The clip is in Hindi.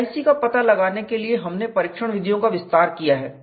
KIC का पता लगाने के लिए हमने परीक्षण विधियों का विस्तार किया है